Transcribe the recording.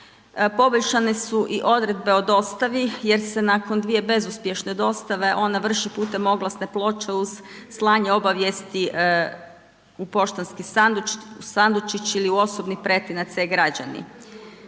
poboljšanje su i odredbe o dostavi jer se nakon 2 bezuspješne dostave, ona vrši putem oglasne ploče uz slanje obavijesti u poštanski sandučić ili u osobni pretinac E-građani.